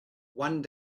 one